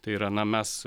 tai yra na mes